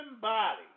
body